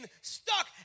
stuck